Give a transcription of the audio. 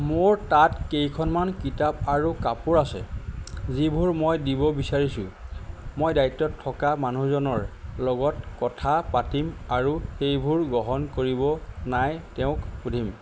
মোৰ তাত কেইখনমান কিতাপ আৰু কাপোৰ আছে যিবোৰ মই দিব বিচাৰিছোঁ মই দায়িত্বত থকা মানুহজনৰ লগত কথা পাতিম আৰু সেইবোৰ গ্ৰহণ কৰিব নাই তেওঁক সুধিম